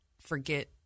forget